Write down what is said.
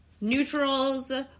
neutrals